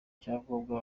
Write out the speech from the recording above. cyangombwa